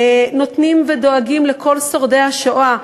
נותנים ודואגים לכל שורדי השואה.